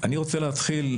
אני רוצה להתחיל,